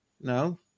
no